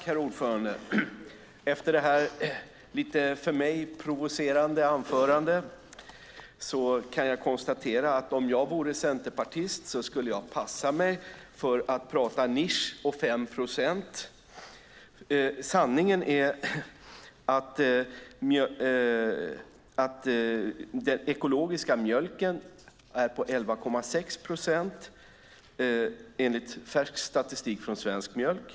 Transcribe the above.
Herr talman! Efter detta lite för mig provocerande anförandet kan jag konstatera att om jag vore centerpartist skulle jag passa mig för att tala om nisch och 5 procent. Sanningen är att den ekologiska mjölken är på 11,6 procent enligt färsk statistik från Svensk Mjölk.